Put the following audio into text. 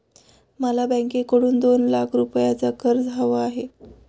मला बँकेकडून दोन लाख रुपयांचं कर्ज हवं आहे